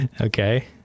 Okay